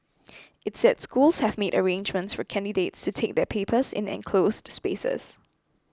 it said schools have made arrangements for candidates to take their papers in enclosed spaces